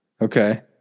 okay